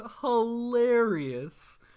hilarious